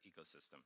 ecosystem